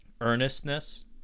earnestness